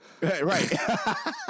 Right